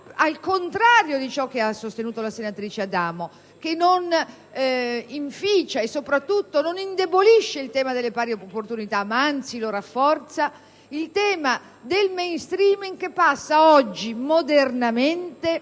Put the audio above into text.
contrariamente a quanto sostenuto dalla senatrice Adamo, esso non inficia e soprattutto non indebolisce il tema delle pari opportunità; anzi, lo rafforza. Il tema del *mainstreaming* passa oggi modernamente